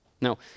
Now